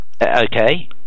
Okay